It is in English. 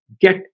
get